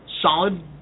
solid